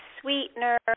sweetener